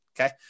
okay